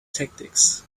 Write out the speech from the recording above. tactics